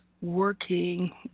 working